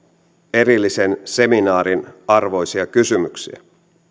erillisen seminaarin arvoisia kysymyksiä